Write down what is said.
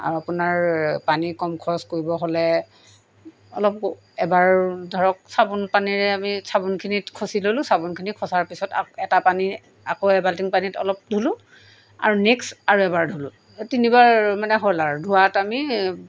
আৰু আপোনাৰ পানী কম খৰচ কৰিব হ'লে অলপ এবাৰ ধৰক চাবোন পানীৰে আমি চাবোনখিনিত খচি ললোঁ চাবোনখিনি খচাৰ পিছত আ এটা পানী আকৌ এবাল্টিং পানীত অলপ ধুলোঁ আৰু নেক্সট আৰু এবাৰ ধুলোঁ তিনিবাৰ মানে হ'ল আৰু ধোৱাত আমি